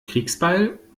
kriegsbeil